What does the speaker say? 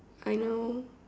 I know